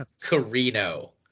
Carino